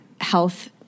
health